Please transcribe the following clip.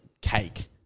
cake